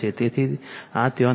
તેથી આ ત્યાં નથી